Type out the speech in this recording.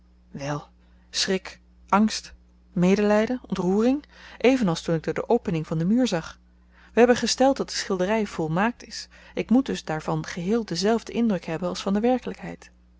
wèl schrik angst medelyden ontroering evenals toen ik door de opening van den muur zag we hebben gesteld dat de schildery volmaakt is ik moet dus daarvan geheel denzelfden indruk hebben als van de werkelykheid